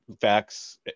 facts